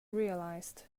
realized